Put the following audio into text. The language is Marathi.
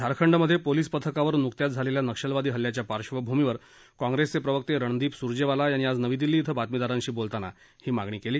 झारखंडमध्ये पोलीस पथकावर नुकत्याच झालेल्या नक्षलवादी हल्ल्याच्या पार्क्षभूमीवर काँग्रेसचे प्रवक्ते रणदीप सुरजेवाला यांनी आज नवी दिल्ली इथं बातमीदारांशी बोलताना ही मागणी केली